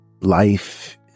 life